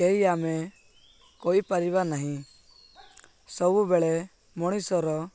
କେହି ଆମେ କହିପାରିବା ନାହିଁ ସବୁବେଳେ ମଣିଷର